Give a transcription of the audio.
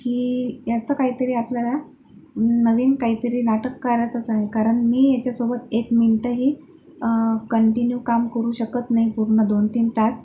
की याचं काहीतरी आपल्याला नवीन काहीतरी नाटक करायचंच आहे कारण मी याच्यासोबत एक मिनटही कंटिन्यू काम करू शकत नाही पूर्ण दोनतीन तास